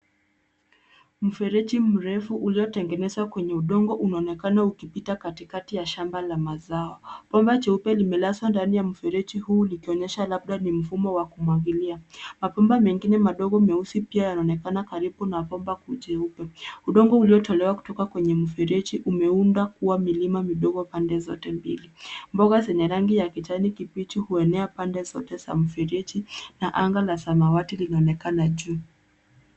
Mfereji mrefu uliotengenezwa kwenye udongo umeonekana ukipita katikati ya shamba la mazao. Bomba jeupe limelazwa ndani ya mfereji huu likionyesha labda ni mfumo wa kumwagilia. Mabomba mengine madogo meusi pia yanaonekana karibu na bomba kuu jeupe. Udongo uliotolewa kutoka kwenye mfereji umeunda kuwa milima midogo pande zote mbili. Mboga zenye rangi ya kijani kibichi huenea pande zote za mfereji na anga la samawati linaonekana juu.